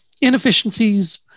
Inefficiencies